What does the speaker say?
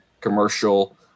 commercial